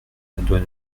doit